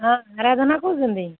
ହଁ ଆରାଧନା କହୁଛନ୍ତି